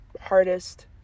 hardest